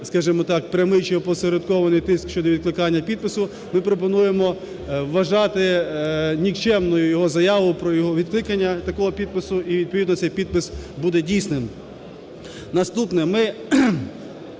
скажімо так, прямий чи опосередкований тиск щодо відкликання підпису. Ми пропонуємо вважати нікчемною його заяву про його відкликання такого підпису і відповідно цей підпис буде дійсним. Наступне